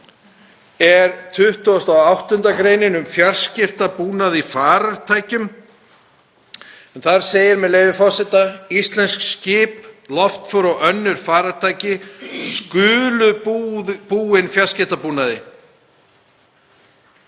sé 28. gr. um fjarskiptabúnað í farartækjum. Þar segir, með leyfi forseta: „Íslensk skip, loftför og önnur farartæki skulu búin fjarskiptabúnaði